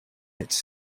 its